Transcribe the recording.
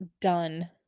done